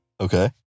Okay